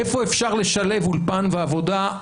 איפה אפשר לשלב אולפן ועבודה,